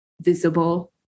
Visible